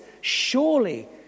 surely